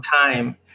time